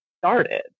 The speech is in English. started